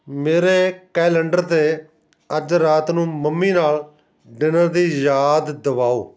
ਮੇਰੇ ਕੈਲੰਡਰ 'ਤੇ ਅੱਜ ਰਾਤ ਨੂੰ ਮੰਮੀ ਨਾਲ ਡਿਨਰ ਦੀ ਯਾਦ ਦਿਵਾਓ